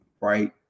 right